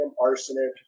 arsenic